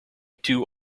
two